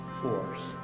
force